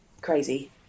crazy